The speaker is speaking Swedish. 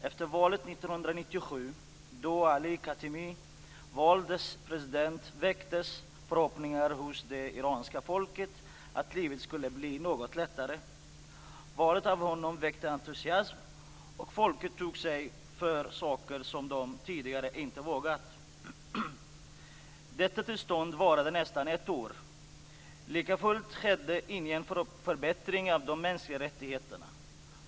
Efter valet 1997, då Ali Khatemi valdes till president, väcktes förhoppningar hos det iranska folket att livet skulle bli något lättare. Valet av honom väckte entusiasm. Och folket tog sig för saker som de tidigare inte vågat. Detta tillstånd varade nästan ett år. Likafullt skedde ingen förbättring av de mänskliga rättigheterna.